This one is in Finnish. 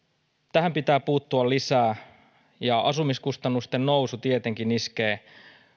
tähän pitää puuttua lisää asumiskustannusten nousu tietenkin iskee